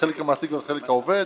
החלק של המעסיק והחלק של העובד,